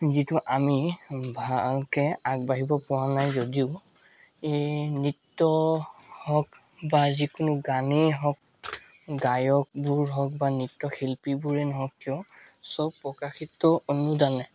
যিটো আমি ভালকৈ আগবাঢ়িব পৰা নাই যদিও এই নৃত্য হওঁক বা যিকোনো গানেই হওঁক গায়কবোৰ হওঁক বা নৃত্যশিল্পীবোৰে নহওঁক কিয় সব প্ৰকাশিত অনুদানে